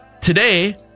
Today